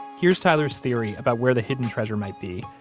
here's tyler's theory about where the hidden treasure might be.